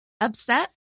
Upset